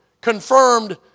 confirmed